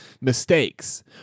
mistakes